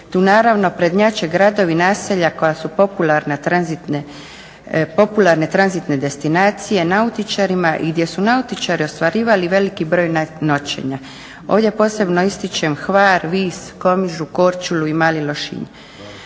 Tu naravno prednjače gradove i naselja koja su popularne tranzitne destinacije nautičarima i gdje su nautičari ostvarivali veliki broj noćenja. Ovdje posebno ističem Hvar, Vis, Komižu, Korčulu i Mali Lošinj.